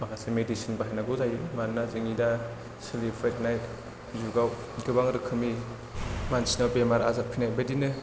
माखासे मेदिसिन बाहायनांगौ जायो मानोना जोंनि दा सोलिफुबाय थानाय जुगाव गोबां रोखोमनि मानसिनाव बेमार आजार खोनायो बिदिनो